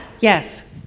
yes